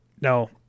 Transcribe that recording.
No